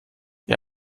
ihr